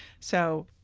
so,